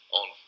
on